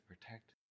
protect